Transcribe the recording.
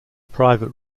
private